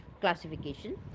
classification